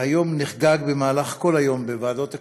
היום נחגג במהלך כל היום בוועדות הכנסת,